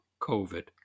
COVID